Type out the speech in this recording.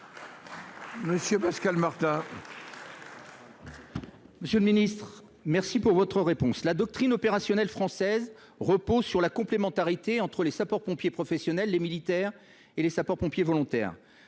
Monsieur le ministre, je vous remercie de votre réponse. La doctrine opérationnelle française repose sur la complémentarité entre les sapeurs pompiers professionnels, les militaires et les sapeurs pompiers volontaires.